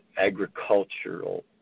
agricultural